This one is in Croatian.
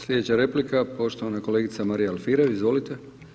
Slijedeća replika poštovana kolegica Marija Alfirev, izvolite.